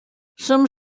some